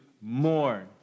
mourn